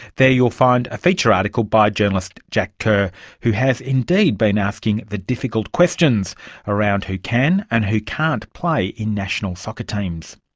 there you will find a feature article by journalist jack kerr who has indeed been asking the difficult questions around who can and who can't play in national soccer teams.